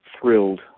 thrilled